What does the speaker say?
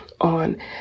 on